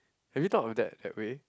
have you thought of that that way